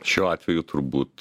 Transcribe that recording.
šiuo atveju turbūt